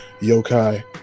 yokai